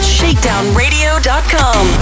shakedownradio.com